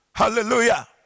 Hallelujah